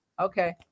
Okay